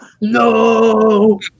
No